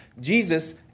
Jesus